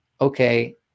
okay